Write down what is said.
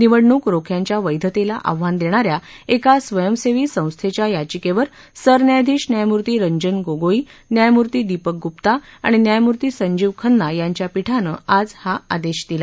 निवडणूक रोख्यांच्या वैधतेला आव्हान देणाऱ्या एका स्वयंसेवी संस्थेच्या याचिकेवर सरन्यायाधीश न्यायमूर्ती रंजन गोगोई न्यायमूर्ती दीपक गुप्ता आणि न्यायमूर्ती संजीव खन्ना यांच्या पीठानं आज हा आदेश दिला